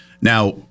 Now